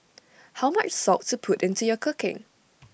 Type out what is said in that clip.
how much salt to put into your cooking